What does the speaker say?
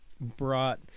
brought